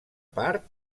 part